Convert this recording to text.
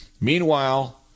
Meanwhile